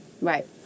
Right